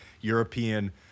European